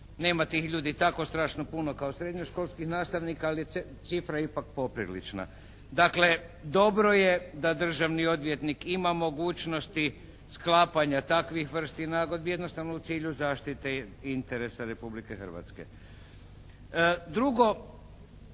nema tih ljudi tako strašno puno kao srednjoškolskih nastavnika ali je cifra ipak poprilična. Dakle, dobro je da državni odvjetnik ima mogućnosti sklapanja takvih vrsti nagodbi jednostavno u cilju zaštite interesa Republike Hrvatske. Drugo,